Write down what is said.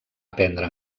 aprendre